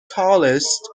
tallest